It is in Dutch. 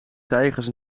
tijgers